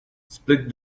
spit